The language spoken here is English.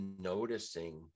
noticing